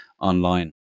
online